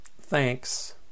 thanks